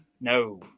No